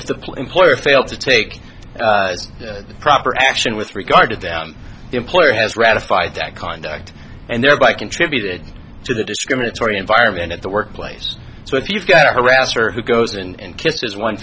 if the employer fails to take proper action with regard to the employer has ratified that conduct and thereby contributed to the discriminatory environment at the workplace so if you've got a harasser who goes in and kisses one